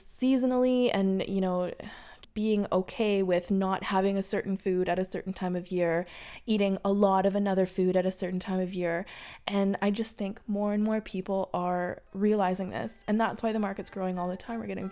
seasonally and you know being ok with not having a certain food at a certain time of year eating a lot of another food at a certain time of year and i just think more and more people are realizing this and that's why the markets growing all the time are g